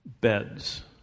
beds